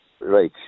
right